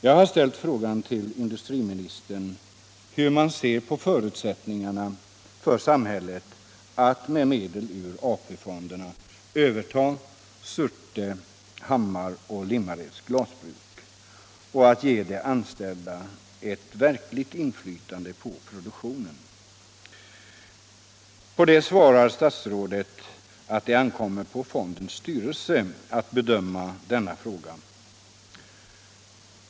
Jag har ställt frågan till industriministern hur han ser på förutsättningarna för samhället att med medel ur AP-fonden överta Surte, Hammars och Limmareds glasbruk och att ge de anställda ett verkligt inflytande på produktionen. På det svarar statsrådet att det ankommer på fondens styrelse att bedöma denna fråga.